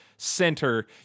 center